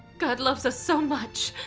god loves us so much.